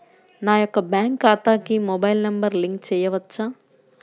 నా యొక్క బ్యాంక్ ఖాతాకి మొబైల్ నంబర్ లింక్ చేయవచ్చా?